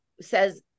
says